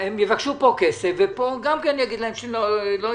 יבקשו כאן כסף וגם אני אגיד להם לא.